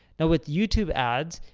now with youtube ads,